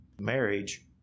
marriage